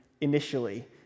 initially